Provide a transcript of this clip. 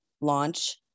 launch